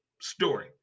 story